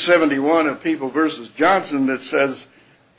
seventy one of people versus johnson that says